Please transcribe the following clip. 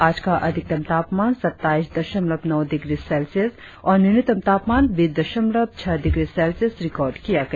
आज का अधिकतम तापमान सत्ताईस दशमलव नौ डिग्री सेल्सियस और न्यूनतम तापमान बीस दशमलव छह डिग्री सेल्सियस रिकार्ड किया गया